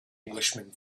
englishman